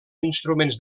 instruments